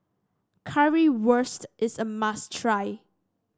currywurst is a must try